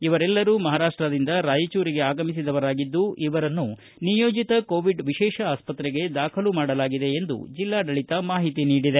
ಇವರೆಲ್ಲರೂ ಮಹಾರಾಷ್ಟದಿಂದ ರಾಯಚೂರಿಗೆ ಆಗಮಿಸಿದವರಾಗಿದ್ದು ಇವರನ್ನು ನಿಯೋಜಿತ ಕೋವಿಡ್ ವಿಶೇಷ ಆಸ್ಪತ್ರೆಗೆ ದಾಖಲು ಮಾಡಲಾಗಿದೆ ಎಂದು ಜಿಲ್ಲಾಡಳಿತ ಮಾಹಿತಿ ನೀಡಿದೆ